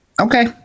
okay